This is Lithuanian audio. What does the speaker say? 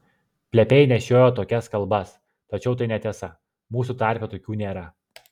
plepiai nešiojo tokias kalbas tačiau tai netiesa mūsų tarpe tokių nėra